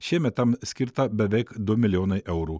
šiemet tam skirta beveik du milijonai eurų